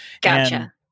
Gotcha